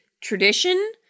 tradition